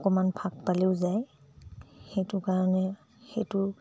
অকণমান ফাঁক পালেও যায় সেইটো কাৰণে সেইটো